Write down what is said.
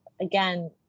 again